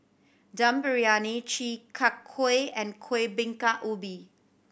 Dum Briyani Chi Kak Kuih and Kuih Bingka Ubi